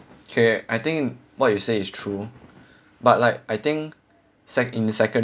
okay I think what you say is true but like I think sec~ in the secondary